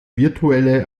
virtuelle